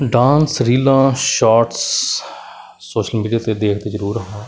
dance ਰੀਲਾਂ shorts social media 'ਤੇ ਦੇਖਦੇ ਜ਼ਰੂਰ ਹਾਂ